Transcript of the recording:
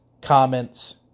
comments